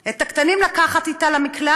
את הקטנים לקחת אתה למקלט,